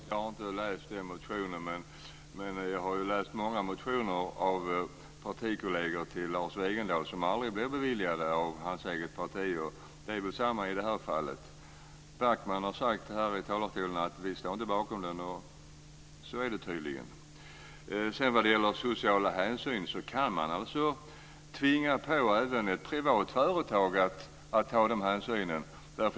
Fru talman! Jag har inte läst den motionen, men jag har läst många motioner av partikolleger till Lars Wegendal som aldrig blir beviljade av hans eget parti. Det är väl samma sak i det här fallet. Backman har sagt i talarstolen att vi inte står bakom den, och så är det tydligen. Sedan gällde det sociala hänsyn. Man kan alltså tvinga även ett privat företag att ta de hänsynen.